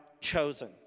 chosen